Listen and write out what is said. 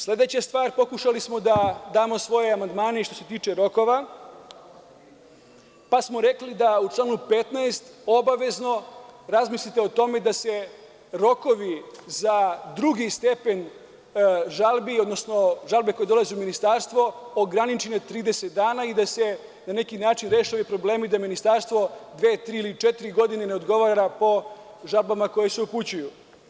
Sledeća stvar, pokušali smo da damo svoje amandmane i što se tiče rokova, pa smo rekli da u članu 15. obavezno razmislite o tome da se rokovi za drugi stepen žalbi, odnosno žalbe koje dolaze u ministarstvo, ograniči na 30 dana i da se na neki način reše ovi problemi i da ministarstvo dve, tri ili četiri godine ne odgovara po žalbama koje se upućuju.